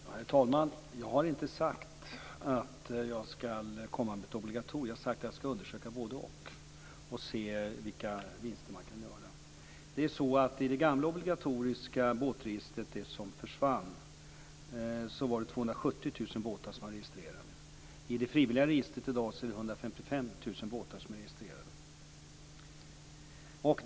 Herr talman! Jag har inte sagt att jag skall komma med ett obligatorium. Jag sade att att jag skall undersöka både-och och se vilka vinster man kan göra. I det gamla obligatoriska båtregister som avskaffades var 270 000 båtar registrerade. I det frivilliga registret är i dag 155 000 båtar registrerade.